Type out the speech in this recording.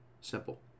Simple